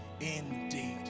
indeed